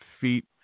feet